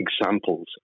examples